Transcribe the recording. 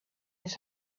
his